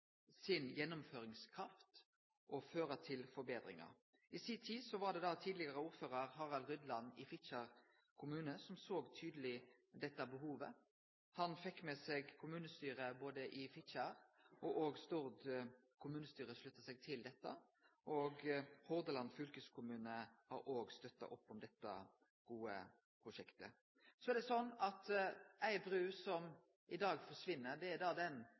sin gjennomføringskraft og føre til forbetringar. I si tid var det tidlegare ordførar Harald Rydland i Fitjar kommune som såg tydeleg dette behovet. Han fekk med seg kommunestyret i Fitjar, og òg Stord kommunestyre slutta seg til dette. Hordaland fylkeskommune har òg støtta opp om dette gode prosjektet. Så er det sånn at ei bru som i dag forsvinner, er den lokale brua som ein kallar helsebrua. Det